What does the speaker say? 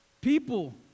People